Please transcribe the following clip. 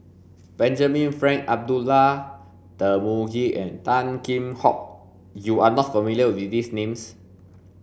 Benjamin Frank Abdullah Tarmugi and Tan Kheam Hock you are not familiar with these names